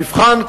המבחן,